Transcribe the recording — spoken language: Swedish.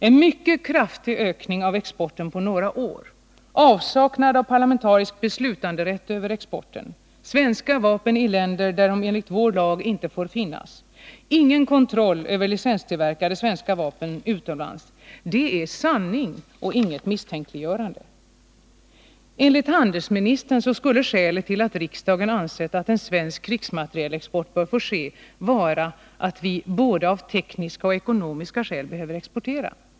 En mycket kraftig ökning av exporten på några år, avsaknad av parlamentarisk beslutanderätt över exporten, svenska vapen i länder där de enligt vår lag inte får finnas, ingen kontroll över licenstillverkade svenska vapen utomlands — det är sanning och inget misstänkliggörande. Enligt handelsministern skulle skälet till att riksdagen ansett att en svensk krigsmaterielexport bör få äga rum vara att vi av både tekniska och ekonomiska skäl behöver exportera.